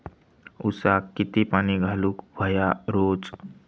ऊसाक किती पाणी घालूक व्हया रोज?